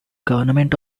government